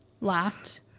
laughed